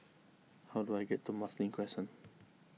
how do I get to Marsiling Crescent